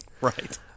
Right